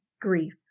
Grief